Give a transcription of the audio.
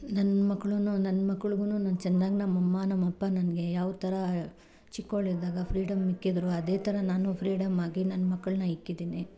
ನನ್ನ ಮಕ್ಳೂ ನನ್ನ ಮಕ್ಳುಗೂ ನಾನು ಚೆನ್ನಾಗಿ ನಮ್ಮಮ್ಮ ನಮ್ಮಪ್ಪ ನಂಗೆ ಯಾವ್ಥರ ಚಿಕ್ಕವಳಿದ್ದಾಗ ಫ್ರೀಡಂ ಇಕ್ಕಿದ್ರು ಅದೇ ಥರ ನಾನು ಫ್ರೀಡಂ ಆಗಿ ನನ್ನ ಮಕ್ಕಳ್ನ ಇಕ್ಕಿದಿನಿ